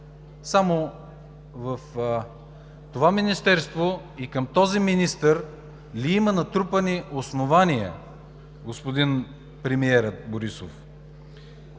Само в това министерство и към този министър ли има натрупани основания господин премиерът Борисов?